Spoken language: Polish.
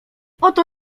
oto